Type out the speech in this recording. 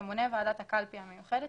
תמונה ועדת הקלפי המיוחדת,